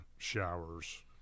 Showers